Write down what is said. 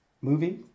Movie